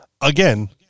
Again